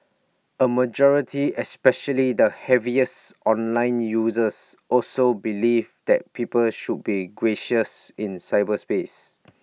A majority especially the heaviest online users also believed that people should be gracious in cyberspace